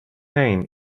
name